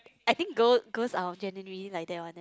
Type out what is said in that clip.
I think girls girls are generally like that one leh